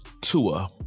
Tua